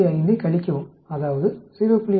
5ஐக் கழிக்கவும் அதாவது 0